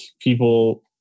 people